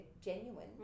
genuine